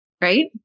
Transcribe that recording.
right